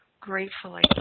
gratefully